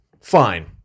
Fine